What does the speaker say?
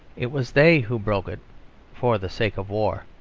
it was they who broke it for the sake of war.